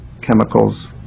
chemicals